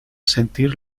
sentir